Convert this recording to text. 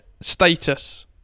status